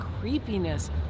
creepiness